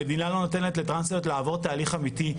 המדינה לא נותנת לטרנסיות לעבור תהליך אמיתי,